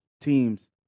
teams